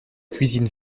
cuisine